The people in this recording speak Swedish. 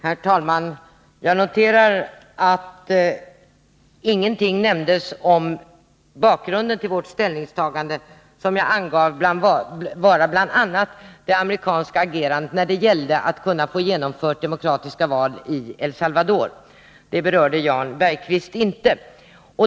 Herr talman! Jag noterar att Jan Bergqvist inte berörde bakgrunden till vårt ställningstagande, vilken jag angav vara bl.a. det amerikanska agerandet för att få demokratiska val genomförda i El Salvador.